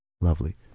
Lovely